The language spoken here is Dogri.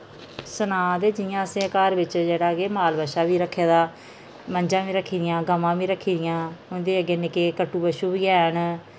सनां ते जि'यां असें घर बिच जेह्ड़ा कि माल बच्छा बी रक्खे दा मंझां बी रक्खी दियां गवां बी रक्खी दियां उंदे अग्गें निक्के कट्टू बच्छू बी हैन